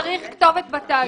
צריך כתובת בתאגיד.